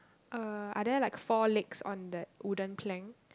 uh are there like four legs on that wooden plank